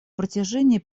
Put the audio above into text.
протяжении